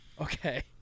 Okay